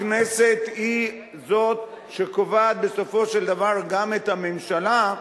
הכנסת היא זאת שקובעת בסופו של דבר גם את הממשלה,